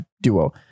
duo